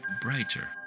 brighter